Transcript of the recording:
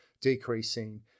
decreasing